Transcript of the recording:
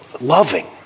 loving